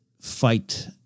fight